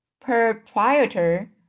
proprietor